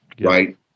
right